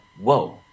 Whoa